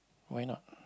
why not